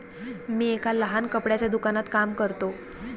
मी एका लहान कपड्याच्या दुकानात काम करतो